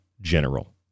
general